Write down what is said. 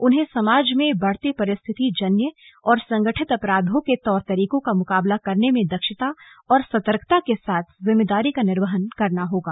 उन्हें समाज में बढ़ते परिस्थिति जन्य और संगठित अपराधों के तौर तरीकों का मुकाबला करने में दक्षता और सतर्कता के साथ जिम्मेदारी का निर्वहन करना होगा